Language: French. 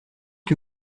que